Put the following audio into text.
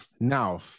Now